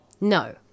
No